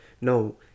no